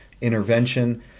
intervention